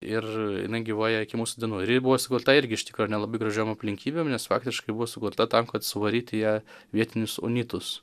ir jinai gyvuoja iki mūsų dienų ir buvo sukurta irgi iš tikro ir nelabai gražiom aplinkybėm nes faktiškai buvo sukurta tam kad suvaryt į ją vietinius unitus